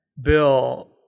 Bill